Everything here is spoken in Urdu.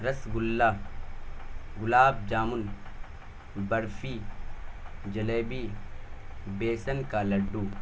رسگلہ گلاب جامن برفی جلیبی بیسن کا لڈو